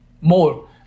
more